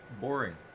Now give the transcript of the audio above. boring